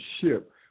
ship